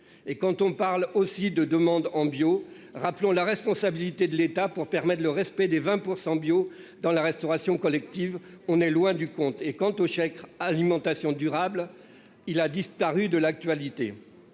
Et quand on parle aussi de demandes en bio, rappelons la responsabilité de l'État pour permettre le respect des 20% bio dans la restauration collective, on est loin du compte. Et quant au chèque alimentation durable. Il a disparu de l'actualité.